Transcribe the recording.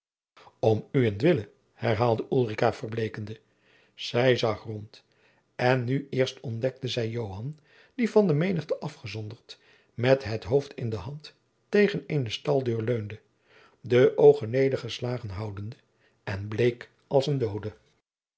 om uwent wille herhaalde ulrica verbleekende zij zag rond en nu eerst ontdekte zij joan die van de menigte afgezonderd met het hoofd in de hand tegen eene staldeur leunde de oogen nedergeslagen houdende en bleek als een doode